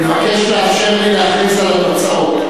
אני מבקש לאפשר לי להכריז על התוצאות.